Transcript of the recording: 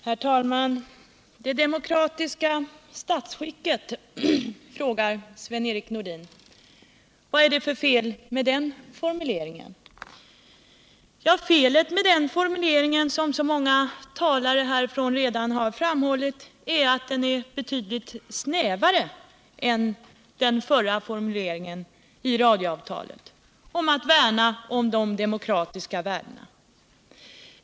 Herr talman! Det demokratiska statsskicket, frågar Sven-Erik Nordin, vad är det för fel med den formuleringen? Felet med den formuleringen är, som många talare redan har framhållit, att den är betydligt snävare än den förra formuleringen i radioavtalet om att värna om de demokratiska värdena.